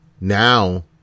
now